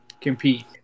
compete